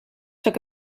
took